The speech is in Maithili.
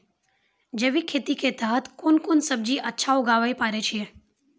जैविक खेती के तहत कोंन कोंन सब्जी अच्छा उगावय पारे छिय?